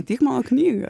tik mano knygą